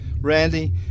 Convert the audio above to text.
Randy